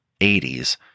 80s